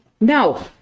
No